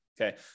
Okay